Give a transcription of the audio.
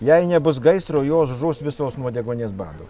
jei nebus gaisro jos žus visos nuo deguonies bado